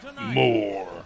more